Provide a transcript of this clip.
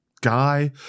guy